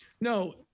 No